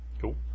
Cool